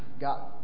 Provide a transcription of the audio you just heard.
got